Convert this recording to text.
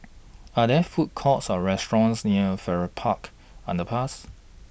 Are There Food Courts Or restaurants near Farrer Park Underpass